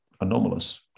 anomalous